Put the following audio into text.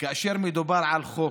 שכאשר מדובר על חוק,